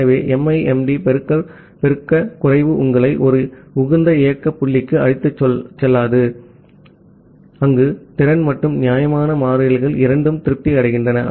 ஆகவே MIMD பெருக்கல் பெருக்கல் குறைவு உங்களை ஒரு உகந்த இயக்க புள்ளிக்கு அழைத்துச் செல்லாது அங்கு திறன் மற்றும் நியாயமான மாறிலிகள் இரண்டும் திருப்தி அடைகின்றன